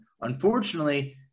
unfortunately